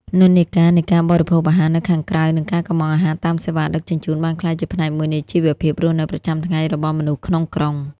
និន្នាការនៃការបរិភោគអាហារនៅខាងក្រៅ និងការកម្មង់អាហារតាមសេវាដឹកជញ្ជូន បានក្លាយជាផ្នែកមួយនៃជីវភាពរស់នៅប្រចាំថ្ងៃរបស់មនុស្សក្នុងក្រុង។